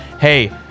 hey